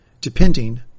Depending